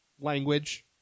language